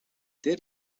there